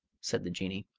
said the jinnee.